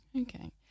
Okay